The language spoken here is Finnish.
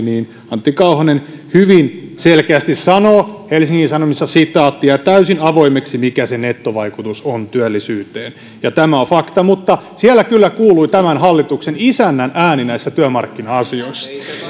antti kauhanen hyvin selkeästi sanoi helsingin sanomissa että jää täysin avoimeksi mikä se nettovaikutus on työllisyyteen ja tämä on fakta mutta siellä kyllä kuului tämän hallituksen isännän ääni näissä työmarkkina asioissa